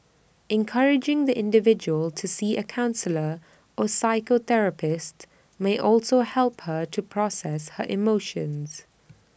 encouraging the individual to see A counsellor or psychotherapist may also help her to process her emotions